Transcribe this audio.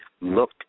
look